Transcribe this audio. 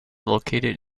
located